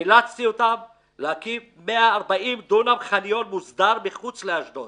אילצתי אותם להקים 140 דונם חניון מוסדר מחוץ לאשדוד